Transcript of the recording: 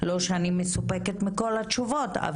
לא שאני מסופקת מכל התשובות,